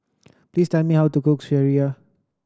please tell me how to cook sireh